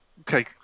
okay